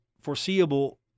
foreseeable